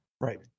Right